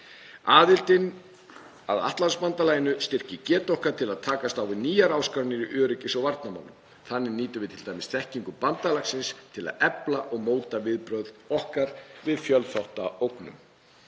Aðildin að Atlantshafsbandalaginu styrkir getu okkar til að takast á við nýjar áskoranir í öryggis- og varnarmálum. Þannig nýtum við t.d. þekkingu bandalagsins til að efla og móta viðbrögð okkar við fjölþátta ógnum.